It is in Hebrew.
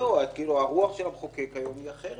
הרוח של המחוקק היום היא אחרת.